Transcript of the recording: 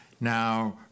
now